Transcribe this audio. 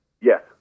Yes